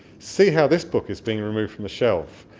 see how this book is being removed from the shelf.